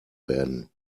werden